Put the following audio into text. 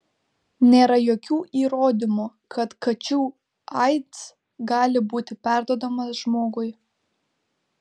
nėra jokių įrodymų kad kačių aids gali būti perduodamas žmogui